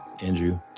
Andrew